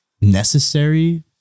necessary